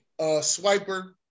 Swiper